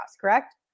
correct